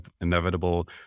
inevitable